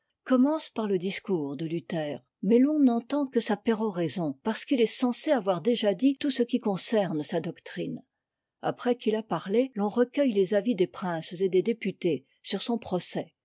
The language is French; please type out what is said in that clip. commence par le discours de luther mais l'on n'entend que sa péroraison parce qu'il est censé avoir déjà dit tout ce qui concerne sa doctrine après qu'il a parlé l'on recueille les avis des princes et des députés sur son procès